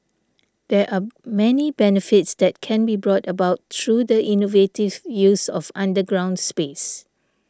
there are many benefits that can be brought about through the innovative use of underground space